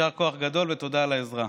יישר כוח גדול ותודה על העזרה.